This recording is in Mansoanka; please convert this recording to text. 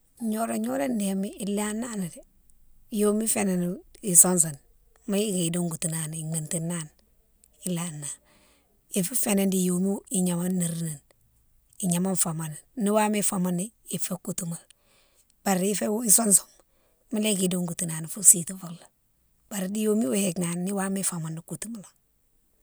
Gnodon gnodon né ilanani lé yomé féni sousoune mo yike idongoutina ni, iméténina ni, ilana ni, ifou fénan di yomé ignama nérini lé, ignama famani, ni wama famani ifé koutouma bari fé ou sousounne, mola yike dongoutouna ni fo siti fo lon, bari di yomé wo yike nani ni wama famani koutouma lé.